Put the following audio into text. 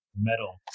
Metal